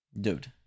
dude